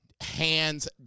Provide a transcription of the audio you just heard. hands